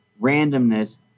randomness